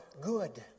good